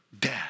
death